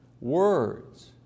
words